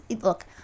look